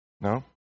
No